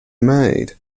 made